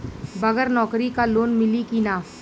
बगर नौकरी क लोन मिली कि ना?